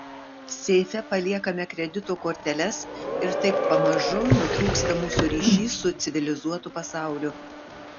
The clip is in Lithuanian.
seife paliekame kredito korteles ir taip pamažu nutrūksta mūsų ryšys su civilizuotu pasauliu